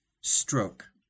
stroke